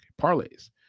Parlays